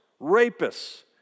rapists